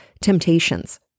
temptations